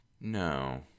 No